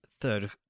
third